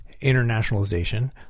internationalization